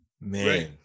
Man